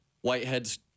whitehead's